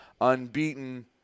unbeaten